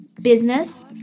business